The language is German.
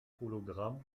hologramm